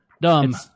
dumb